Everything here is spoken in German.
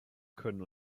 können